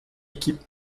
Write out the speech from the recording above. équipe